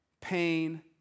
pain